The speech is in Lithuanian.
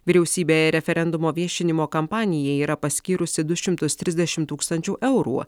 vyriausybė referendumo viešinimo kampanijai yra paskyrusi du šimtus trisdešimt tūkstančių eurų